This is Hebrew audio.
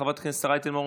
חברת הכנסת רייטן מרום,